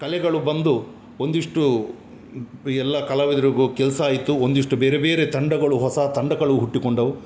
ಕಲೆಗಳು ಬಂದು ಒಂದಿಷ್ಟು ಎಲ್ಲ ಕಲಾವಿದರಿಗು ಕೆಲಸ ಆಯಿತು ಒಂದಿಷ್ಟು ಬೇರೆ ಬೇರೆ ತಂಡಗಳು ಹೊಸ ತಂಡಗಳು ಹುಟ್ಟಿಕೊಂಡವು